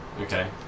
Okay